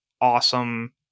awesome